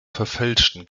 verfälschten